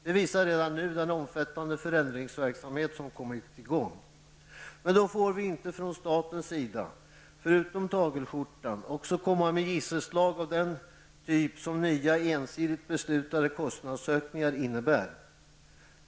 Det visar redan nu den omfattande förändringsverksamhet som kommit i gång. Men då får vi inte från statens sida förutom tagelskjortan också utsätta kommunerna för gisselslag av den typ som nya, ensidigt beslutade, kostnadsökningar innebär.